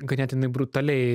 ganėtinai brutaliai